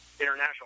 international